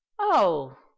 Oh